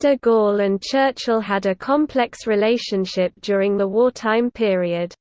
de gaulle and churchill had a complex relationship during the wartime period.